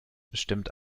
bestimmt